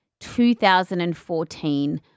2014